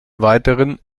weiteren